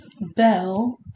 bell